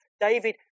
David